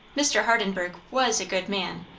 mr. hardenburgh was a good man,